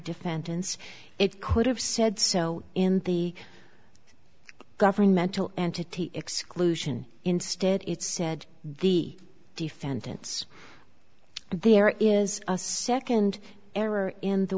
defendants it could have said so in the governmental entity exclusion instead it said the defendants there is a second error in the